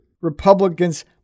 Republicans